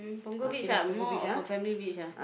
Punggol Beach ah more of a family beach ah